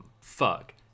Fuck